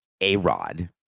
A-Rod